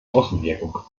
außenwirkung